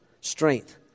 strength